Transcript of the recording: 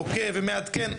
עוקב ומעדכן,